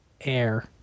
air